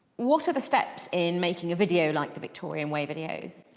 what are the steps in making a video like the victorian way videos?